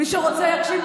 מי שרוצה יקשיב,